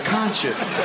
conscience